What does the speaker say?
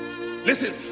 Listen